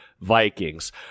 Vikings